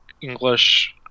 English